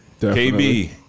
KB